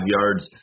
yards